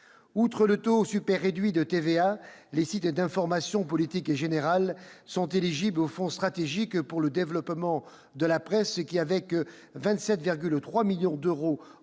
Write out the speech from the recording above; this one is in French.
Outre le taux super réduit de TVA, les sites d'information politique et générale sont éligibles au Fonds stratégique pour le développement de la presse, qui, avec 27,3 millions d'euros en